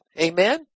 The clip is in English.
amen